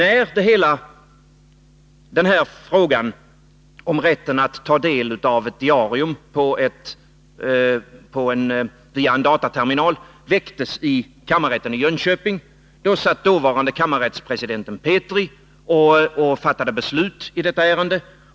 5 När frågan om rätten att via en dataterminal ta del av ett diarium väcktes i kammarrätten i Jönköping, fattade dåvarande kammarrättspresidenten Petri beslut i detta ärende.